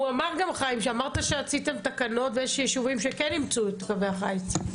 חיים תמם אמר שעשיתם תקנות ויש יישובים שכן אימצו את קווי החיץ.